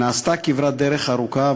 נעשתה כברת דרך ארוכה,